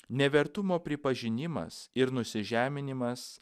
nevertumo pripažinimas ir nusižeminimas